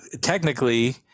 technically